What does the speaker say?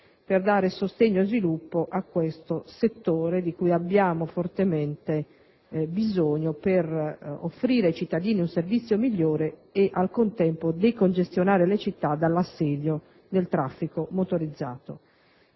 per dare sostegno e sviluppo a questo settore, di cui abbiamo fortemente bisogno per offrire ai cittadini un servizio migliore e nel contempo decongestionare le città dall'assedio del traffico motorizzato.